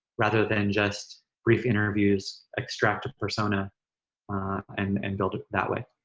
rather than just brief interviews, extract a persona and and build it that way.